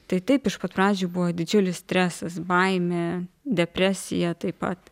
tai taip iš pat pradžių buvo didžiulis stresas baimė depresija taip pat